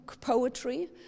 poetry